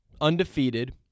undefeated